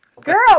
Girl